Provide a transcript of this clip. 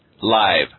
live